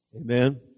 Amen